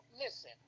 listen